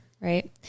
right